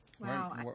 wow